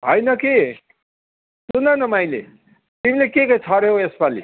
होइन कि सुन न माइली तिमीले के के छर्यौ यसपालि